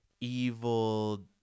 evil